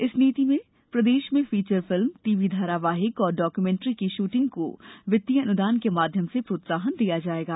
इस नीति में प्रदेश में फीचर फिल्म टीवी धारावाहिक और डाकूमेन्ट्री की शूटिंग को वित्तीय अनुदान के माध्यम से प्रोत्साहन दिया जायेगा